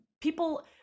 people